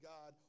God